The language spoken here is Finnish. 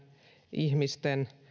ihmisten